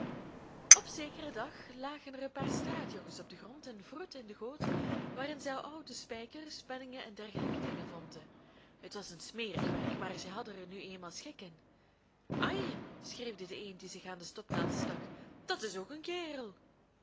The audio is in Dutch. op zekeren dag lagen er een paar straatjongens op den grond en wroetten in de goot waarin zij oude spijkers penningen en dergelijke dingen vonden het was een smerig werk maar zij hadden er nu eenmaal schik in ai schreeuwde de een die zich aan de stopnaald stak dat is ook een kerel